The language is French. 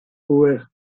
power